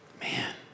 Man